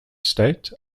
state